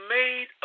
made